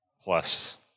plus